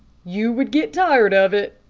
you would get tired of it,